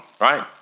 right